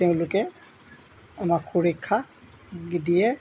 তেওঁলোকে আমাক সুৰক্ষা দিয়ে